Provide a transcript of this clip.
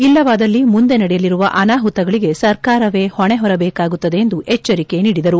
ಇಲ್ಲವಾದಲ್ಲಿ ಮುಂದೆ ನಡೆಯಲಿರುವ ಅನಾಹುಗಳಿಗೆ ಸರ್ಕಾರವೇ ಹೊಣೆ ಹೊರದೇಕಾಗುತ್ತದೆ ಎಂದು ಎಚ್ಲರಿಕೆ ನೀಡಿದರು